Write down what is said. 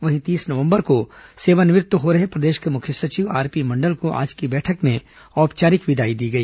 वहीं तीस नवंबर को सेवानिवृत्त हो रहे प्रदेश के मुख्य सचिव आरपी मंडल को आज की बैठक में औपचारिक विदाई दी गई